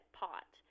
pot